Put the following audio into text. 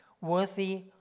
Worthy